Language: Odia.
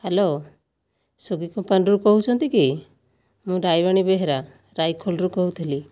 ହ୍ୟାଲୋ ସ୍ଵିଗି କମ୍ପାନୀରୁ କହୁଛନ୍ତିକି ମୁଁ ରାଇବେଣୀ ବେହେରା ରାଇଖୋଲରୁ କହୁଥିଲି